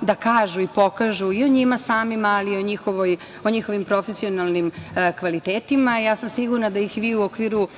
da kažu i pokažu i o njima samima, ali i o njihovim profesionalnim kvalitetima. Sigurna sam da ih vi u okviru,